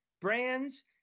brands